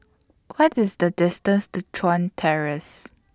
What IS The distance to Chuan Terrace